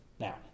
Now